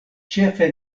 ĉefe